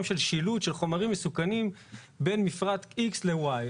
של שילוט של חומרים מסוכנים בין מפרט X ל-Y.